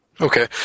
Okay